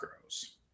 grows